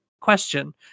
question